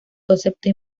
concepto